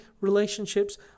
relationships